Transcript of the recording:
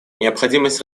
необходимость